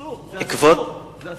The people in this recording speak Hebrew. מה קורה, אסור, זה אסור.